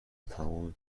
تمام